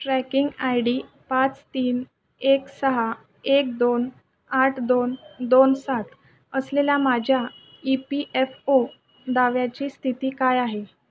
tracking I D पाच तीन एक सहा एक दोन आठ दोन दोन सात असलेल्या माझ्या ई पी एफ ओ दाव्याची स्थिती काय आहे